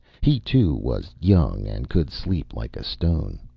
he, too, was young and could sleep like a stone.